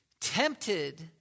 tempted